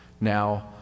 Now